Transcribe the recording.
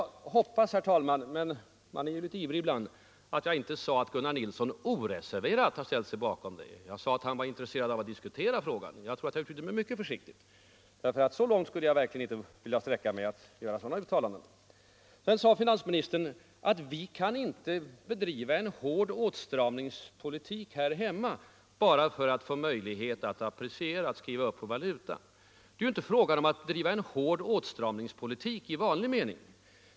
Jag hoppas, herr talman, — men man är ju litet ivrig ibland — att jag inte sade att Gunnar Nilsson oreserverat har ställt sig bakom tanken på en uppskrivning; jag ville påminna om att han var intresserad av att diskutera frågan. Jag tror att jag uttryckte mig mycket försiktigt, för så långt skulle jag verkligen inte vilja sträcka mig som till att göra sådana uttalanden. Finansministern sade att vi inte kan bedriva en hård åtstramningspolitik här hemma bara för att få möjlighet att appreciera, att skriva upp vår valuta. Det är ju inte fråga om att driva en hård åtstramningspolitik i vanlig mening.